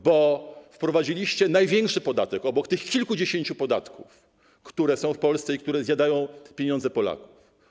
Bo wprowadziliście największy podatek obok tych kilkudziesięciu podatków, które są w Polsce i które zjadają pieniądze Polaków.